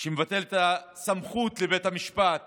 שמבטל את הסמכות של בית המשפט